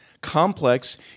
Complex